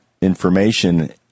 information